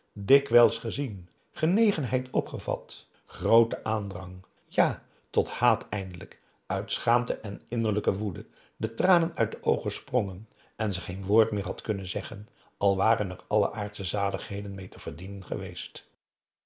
dikwijls gezien genegenheid opgevat grooten aandrang tot ja tot haat eindelijk uit schaamte en innerlijke woede de tranen uit de oogen sprongen en ze geen woord meer had kunnen zeggen al waren er alle aardsche zaligheden mee te verdienen geweest